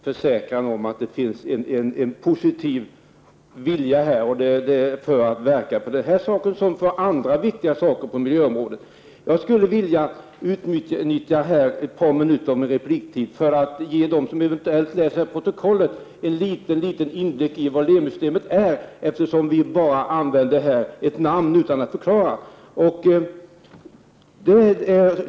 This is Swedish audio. Herr talman! Jag tackar för denna försäkran om att det finns en positiv vilja att verka för denna sak liksom för andra viktiga saker på miljöområdet. Jag skulle vilja utnyttja ett par minuter av min repliktid till att ge en liten redogörelse så att de som eventuellt läser protokollet får en inblick i vad Lemi-systemet är, eftersom vi här bara använder ett namn utan att förklara det.